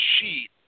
sheet